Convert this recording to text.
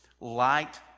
light